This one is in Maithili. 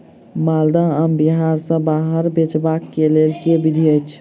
माल्दह आम बिहार सऽ बाहर बेचबाक केँ लेल केँ विधि छैय?